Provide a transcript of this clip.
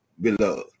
beloved